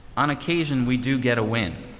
on occasion, we do get a win,